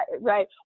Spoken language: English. right